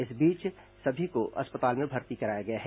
इस सभी को अस्पताल में भर्ती कराया गया है